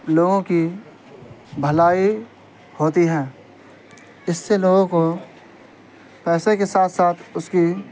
لوگوں کی بھلائی ہوتی ہے اس سے لوگوں کو پیسے کے ساتھ ساتھ اس کی